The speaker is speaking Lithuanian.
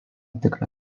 tikrą